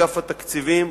אגף התקציבים,